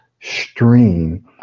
stream